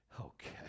Okay